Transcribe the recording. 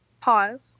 pause